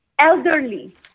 elderly